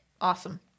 Awesome